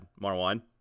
Marwan